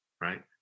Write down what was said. right